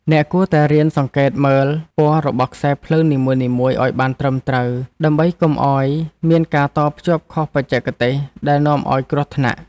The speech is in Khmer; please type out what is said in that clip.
អ្នកគួរតែរៀនសង្កេតមើលពណ៌របស់ខ្សែភ្លើងនីមួយៗឱ្យបានត្រឹមត្រូវ ដើម្បីកុំឱ្យមានការតភ្ជាប់ខុសបច្ចេកទេសដែលនាំឱ្យគ្រោះថ្នាក់។